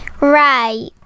Right